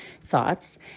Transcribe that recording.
thoughts